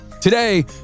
Today